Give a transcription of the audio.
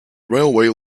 railway